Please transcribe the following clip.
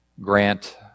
Grant